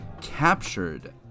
captured